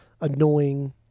annoying